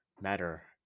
matter